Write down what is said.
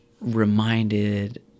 reminded